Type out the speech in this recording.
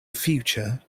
future